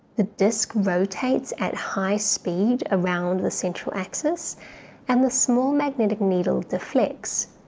the disk rotates at high speed around the central axis and the small magnetic needle deflects.